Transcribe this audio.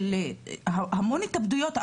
של המון התאבדויות.